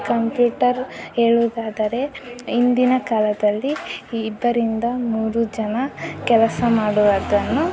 computer ಹೇಳುವುದಾದರೆ ಇಂದಿನ ಕಾಲದಲ್ಲಿ ಇಬ್ಬರಿಂದ ಮೂರು ಜನ ಕೆಲಸ ಮಾಡುವುದನ್ನು